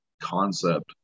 concept